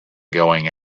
going